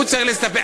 הוא צריך להסתפק.